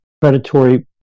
predatory